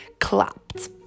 clapped